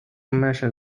mention